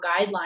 guidelines